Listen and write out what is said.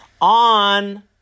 on